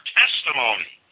testimony